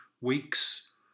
weeks